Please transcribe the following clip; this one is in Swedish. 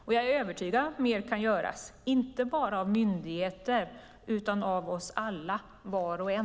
Jag är övertygad om att mer kan göras, inte bara av myndigheter utan av oss alla, var och en.